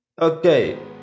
Okay